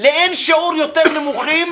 לאין שיעור יותר נמוכים